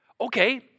Okay